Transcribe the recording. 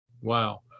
wow